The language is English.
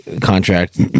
contract